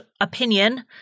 opinion